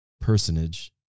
personage